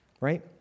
right